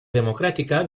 democrática